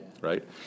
right